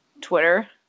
Twitter